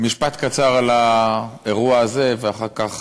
משפט קצר על האירוע הזה ואחר כך